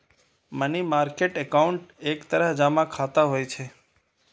money market account एक तरह जमा खाता होइ छै